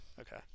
Okay